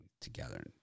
together